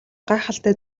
гайхалтай